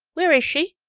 where is she?